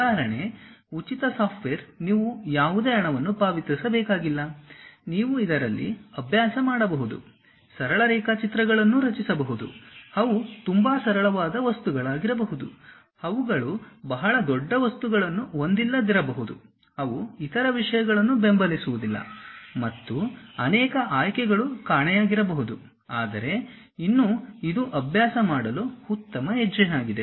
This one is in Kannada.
ಉದಾಹರಣೆ ಉಚಿತ ಸಾಫ್ಟ್ವೇರ್ ನೀವು ಯಾವುದೇ ಹಣವನ್ನು ಪಾವತಿಸಬೇಕಾಗಿಲ್ಲ ನೀವು ಇದರಲ್ಲಿ ಅಭ್ಯಾಸ ಮಾಡಬಹುದು ಸರಳ ರೇಖಾಚಿತ್ರಗಳನ್ನು ರಚಿಸಬಹುದು ಅವು ತುಂಬಾ ಸರಳವಾದ ವಸ್ತುಗಳಾಗಿರಬಹುದು ಅವುಗಳು ಬಹಳ ದೊಡ್ಡ ವಸ್ತುಗಳನ್ನು ಹೊಂದಿಲ್ಲದಿರಬಹುದು ಅವು ಇತರ ವಿಷಯಗಳನ್ನು ಬೆಂಬಲಿಸುವುದಿಲ್ಲ ಮತ್ತು ಅನೇಕ ಆಯ್ಕೆಗಳು ಕಾಣೆಯಾಗಿರಬಹುದು ಆದರೆ ಇನ್ನೂ ಇದು ಅಭ್ಯಾಸ ಮಾಡಲು ಉತ್ತಮ ಹೆಜ್ಜೆಯಾಗಿದೆ